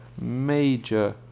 major